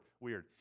weird